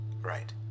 right